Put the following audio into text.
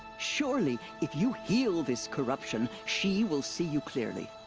surely. if you heal this corruption. she will see you clearly.